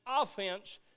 offense